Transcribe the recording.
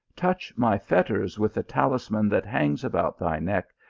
touch my fetters with the talisman that hangs about thy neck,